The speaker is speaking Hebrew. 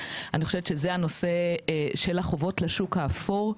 אני חושבת שזה הנושא של החובות לשוק האפור,